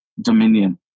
Dominion